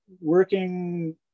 working